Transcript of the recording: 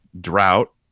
drought